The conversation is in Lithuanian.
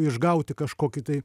išgauti kažkokį tai